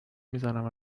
میزنم